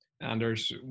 Anders